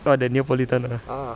what the neopolitan one ah